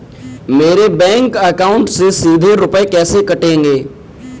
मेरे bank account से सीधे रुपए कैसे कटेंगे?